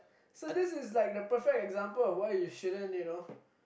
so this like the perfect example of why you shouldn't you know